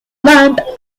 land